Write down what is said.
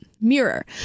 mirror